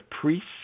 priests